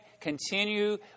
continue